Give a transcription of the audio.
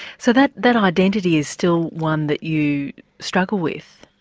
so that that identity is still one that you struggle with?